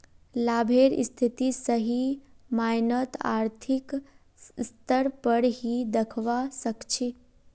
लाभेर स्थिति सही मायनत आर्थिक स्तर पर ही दखवा सक छी